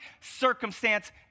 circumstance